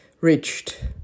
reached